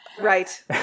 right